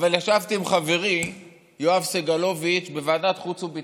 אבל ישבתי עם חברי יואב סגלוביץ' בוועדת החוץ והביטחון.